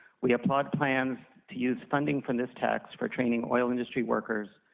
we applaud plans to use funding from the stacks for training oil industry workers,